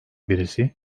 birisi